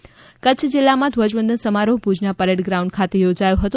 સરહદી કચ્છ જિલ્લામાં ધ્વજવંદન સમારોહ ભૂજ ના પરેડ ગ્રાઉન્ડ ખાતે યોજાયો હતો